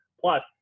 Plus